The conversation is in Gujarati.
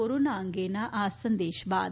કોરોના અંગેના આ સંદેશ બાદ